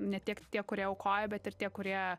ne tik tie kurie aukoja bet ir tie kurie